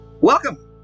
Welcome